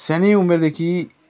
सानै उमेरदेखि